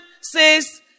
says